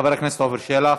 חבר הכנסת עפר שלח.